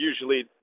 usually